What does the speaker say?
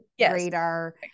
radar